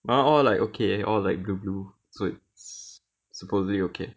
my one all like okay all like blue blue so it's supposedly okay